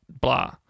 blah